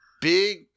Big